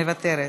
מוותרת,